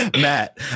Matt